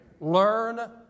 learn